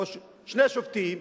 או שני שופטים,